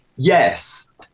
Yes